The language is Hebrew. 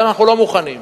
זה אנחנו לא מוכנים.